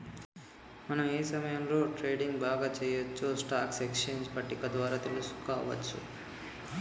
మనం ఏ సమయంలో ట్రేడింగ్ బాగా చెయ్యొచ్చో స్టాక్ ఎక్స్చేంజ్ పట్టిక ద్వారా తెలుసుకోవచ్చు